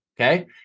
Okay